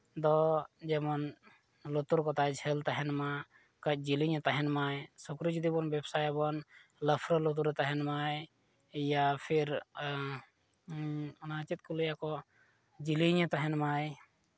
ᱫᱚ ᱡᱮᱢᱚᱱ ᱞᱩᱛᱩᱨ ᱠᱚᱛᱟᱭ ᱡᱷᱟᱹᱞ ᱛᱟᱦᱮᱱ ᱢᱟ ᱟᱨ ᱡᱮᱞᱮᱧᱮ ᱛᱟᱦᱮᱱ ᱢᱟᱭ ᱟᱨ ᱥᱩᱠᱨᱤ ᱡᱩᱫᱤᱵᱚᱱ ᱵᱮᱵᱽᱥᱟᱭᱟᱵᱚᱱ ᱞᱟᱯᱷᱚᱨ ᱞᱩᱛᱩᱨᱮ ᱛᱟᱦᱮᱱ ᱢᱟᱭ ᱭᱟ ᱯᱷᱤᱨ ᱚᱱᱟ ᱪᱮᱫ ᱠᱚ ᱞᱟᱹᱭᱟᱠᱚ ᱡᱤᱞᱤᱧᱮ ᱛᱟᱦᱮᱱ ᱢᱟᱭ